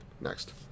next